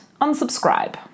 unsubscribe